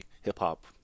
hip-hop